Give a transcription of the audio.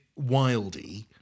wildy